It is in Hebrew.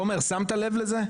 תומר, אתה שמת לב לזה?